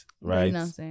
right